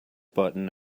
button